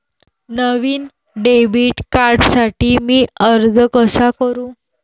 नवीन debit कार्डसाठी मी अर्ज कसा करू?